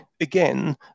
again